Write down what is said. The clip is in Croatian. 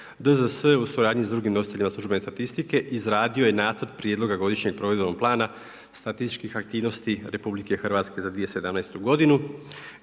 DZS u suradnji sa drugim … službene statistike izradio je Nacrt prijedlog godišnjeg provedbenog plana statističkih aktivnosti RH za 2017. godinu.